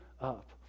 up